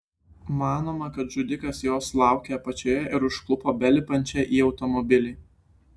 manoma kad žudikas jos laukė apačioje ir užklupo belipančią į automobilį